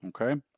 Okay